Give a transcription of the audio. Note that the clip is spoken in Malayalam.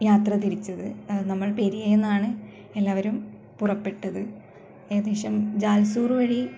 യാത്ര തിരിച്ചത് നമ്മള് പെരിയയിൽ നിന്നാണ് എല്ലാവരും പുറപ്പെട്ടത് ഏകദേശം ജാല്സൂർ വഴി